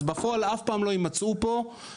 אז בפועל אף פעם לא יימצא פה המספר